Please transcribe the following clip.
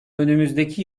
önümüzdeki